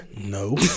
No